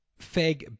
Feg